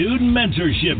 Mentorship